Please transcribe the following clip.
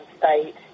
site